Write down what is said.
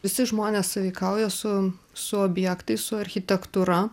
visi žmonės sąveikauja su su objektais su architektūra